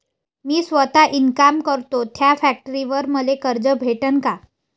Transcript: मी सौता इनकाम करतो थ्या फॅक्टरीवर मले कर्ज भेटन का?